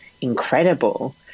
incredible